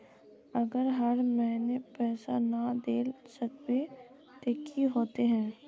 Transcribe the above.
अगर हर महीने पैसा ना देल सकबे ते की होते है?